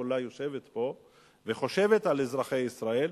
כולה יושבת פה וחושבת על אזרחי ישראל.